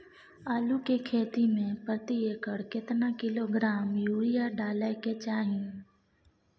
आलू के खेती में प्रति एकर केतना किलोग्राम यूरिया डालय के चाही?